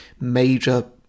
major